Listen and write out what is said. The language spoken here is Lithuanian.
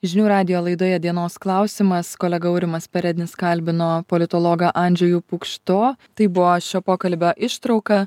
žinių radijo laidoje dienos klausimas kolega aurimas perednis kalbino politologą andžejų pukšto tai buvo šio pokalbio ištrauka